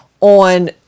on